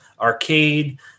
arcade